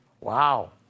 Wow